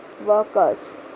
workers